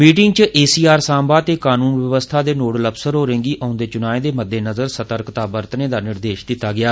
meeting च A C R Samba ते कानून व्यवस्था दे नोडल अफसर होरें गी औन्दे चुनाएं दे मद्देनजुर सतर्कता बरतने दा निर्देश दिता गेआ